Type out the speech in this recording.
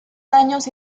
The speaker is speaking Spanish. daños